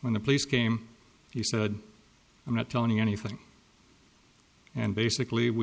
when the police came he said i'm not telling you anything and basically we